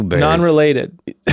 Non-related